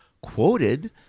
quoted